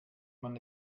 man